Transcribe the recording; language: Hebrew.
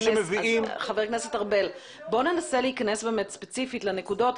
חבר הכנסת ארבל, בוא ננסה להיכנס ספציפית לנקודות.